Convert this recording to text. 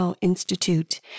Institute